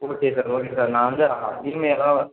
okay sir okay sir நான் வந்து இஎம்ஐயெல்லாம்